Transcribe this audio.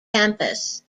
campus